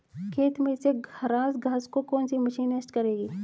खेत में से खराब घास को कौन सी मशीन नष्ट करेगी?